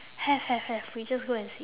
have have have we just go and see